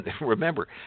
remember